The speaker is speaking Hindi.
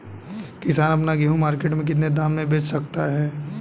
किसान अपना गेहूँ मार्केट में कितने दाम में बेच सकता है?